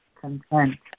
content